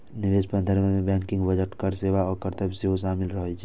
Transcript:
निवेश प्रबंधन मे बैंकिंग, बजट, कर सेवा आ कर्तव्य सेहो शामिल रहे छै